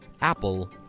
Apple